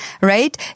right